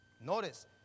Notice